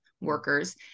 workers